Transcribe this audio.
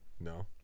No